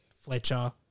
Fletcher